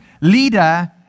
leader